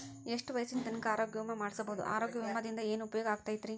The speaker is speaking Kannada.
ಎಷ್ಟ ವಯಸ್ಸಿನ ತನಕ ಆರೋಗ್ಯ ವಿಮಾ ಮಾಡಸಬಹುದು ಆರೋಗ್ಯ ವಿಮಾದಿಂದ ಏನು ಉಪಯೋಗ ಆಗತೈತ್ರಿ?